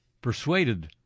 persuaded